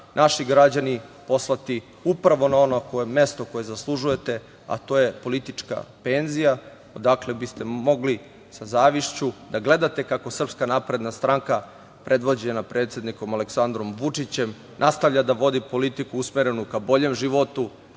naši građani poslati upravo na ono mesto koje zaslužujete, a to je politička penzija odakle biste mogli sa zavišću da gledate kako SNS, predvođena predsednikom Aleksandrom Vučićem, nastavlja da vodi politiku usmerenu ka boljem životu,